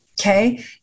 okay